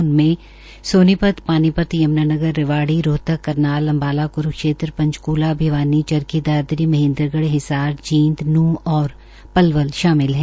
उनमे सोनीपत पानीपत यम्नानगर रेवाड़ी रोहतक करनाल अम्बाला कुरूक्षेत्र पंचकूला भिवानी चरखी दादरी महेन्द्रगढ़ हिसार जींद न्ूंह और पलवल शामिल है